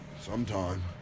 Sometime